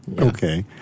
Okay